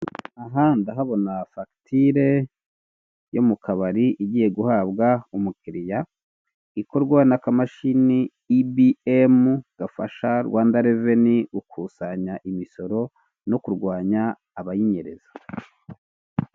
Aha ndahabona fagitire yo mu kabari igiye guhabwa umukiriya, ikorwa n'akamasin ibiyemu, gafasha Rwanda reveni gukusanya imisoro no kurwanya abayinyereza.